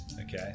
Okay